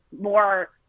more